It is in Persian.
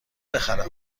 بخرم